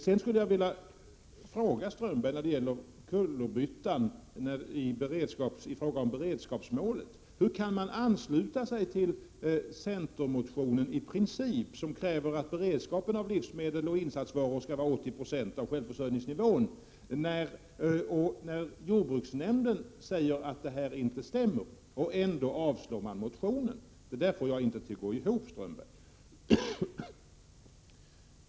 Jag skulle vilja fråga Håkan Strömberg om kullerbyttan i fråga om beredskapsmålet: Hur kan socialdemokraterna i princip ansluta sig till centermotionen, där det krävs att beredskapen av livsmedel och insatsvaror skall vara 80 96 av självförsörjningsnivån, när jordbruksnämnden säger att det inte stämmer, och ändå avstyrka motionen? Jag får det inte att gå ihop, Håkan Strömberg.